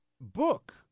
book